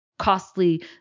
costly